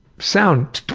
sound